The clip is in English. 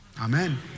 Amen